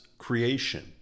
creation